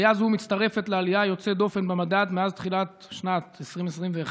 עלייה זו מצטרפת לעלייה היוצאת דופן במדד מאז תחילת שנת 2021,